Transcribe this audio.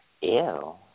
Ew